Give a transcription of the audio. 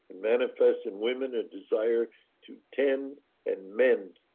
manifest in women, a desire to tend and mend.